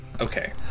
okay